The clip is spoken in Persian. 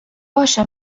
باشه